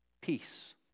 peace